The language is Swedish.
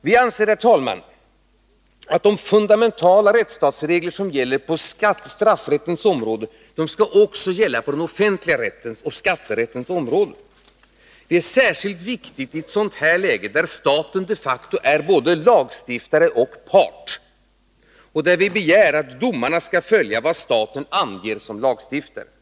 Vi anser, herr talman, att de fundamentala rättsstatsregler som gäller på straffrättens område också skall gälla på den offentliga rättens och skatterättens områden. Det är särskilt viktigt i ett läge som detta, när staten de facto är både lagstiftare och part och när vi begär att domarna skall följa vad staten som lagstiftare anger.